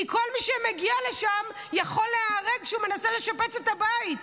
כי כל מי שמגיע לשם יכול להיהרג כשהוא מנסה לשפץ את הבית.